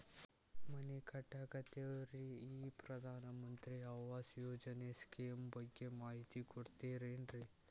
ಮನಿ ಕಟ್ಟಕತೇವಿ ರಿ ಈ ಪ್ರಧಾನ ಮಂತ್ರಿ ಆವಾಸ್ ಯೋಜನೆ ಸ್ಕೇಮ್ ಬಗ್ಗೆ ಮಾಹಿತಿ ಕೊಡ್ತೇರೆನ್ರಿ?